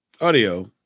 audio